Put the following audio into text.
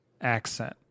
accent